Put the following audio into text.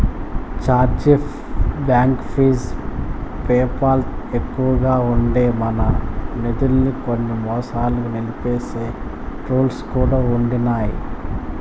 charge back fee PayPal ఎక్కువగా ఉండి, మన నిదుల్మి కొన్ని మాసాలుగా నిలిపేసే రూల్స్ కూడా ఉండిన్నాయి